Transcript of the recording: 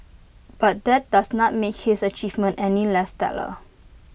but that does not make his achievements any less stellar